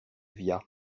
via